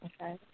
Okay